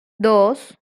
dos